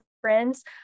friends